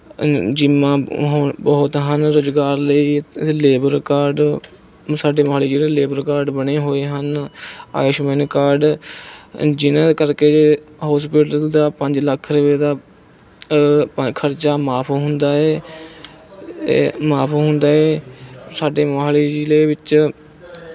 ਜਿੰਮਾਂ ਹੁਣ ਬਹੁਤ ਹਨ ਰੋਜ਼ਗਾਰ ਲਈ ਲੇਬਰ ਕਾਰਡ ਸਾਡੇ ਮੋਹਾਲੀ ਜ਼ਿਲ੍ਹੇ ਲੇਬਰ ਕਾਰਡ ਬਣੇ ਹੋਏ ਹਨ ਆਯੂਸ਼ਮਾਨ ਕਾਰਡ ਜਿਹਨਾਂ ਕਰਕੇ ਹੋਸਪਿਟਲ ਦਾ ਪੰਜ ਲੱਖ ਰੁਪਏ ਦਾ ਖਰਚਾ ਮਾਫ ਹੁੰਦਾ ਹੈ ਮਾਫ ਹੁੰਦਾ ਹੈ ਸਾਡੇ ਮੋਹਾਲੀ ਜ਼ਿਲ੍ਹੇ ਵਿੱਚ